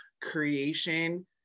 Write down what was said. creation